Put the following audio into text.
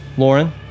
Lauren